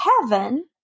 heaven